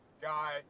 guy